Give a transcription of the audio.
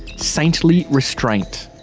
saintly restraint.